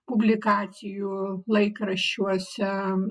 publikacijų laikraščiuose